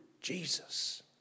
Jesus